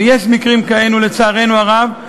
ויש מקרים כאלו, לצערנו הרב.